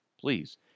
please